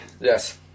Yes